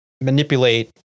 manipulate